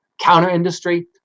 Counter-industry